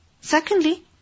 Secondly